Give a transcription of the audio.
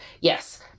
Yes